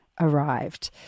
arrived